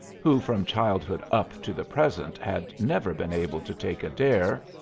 who from childhood up to the present had never been able to take a dare,